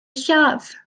lladd